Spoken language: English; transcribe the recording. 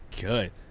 good